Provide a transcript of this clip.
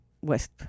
West